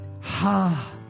Ha